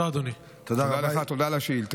תודה לך, תודה על השאילתה.